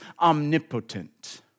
omnipotent